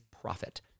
profit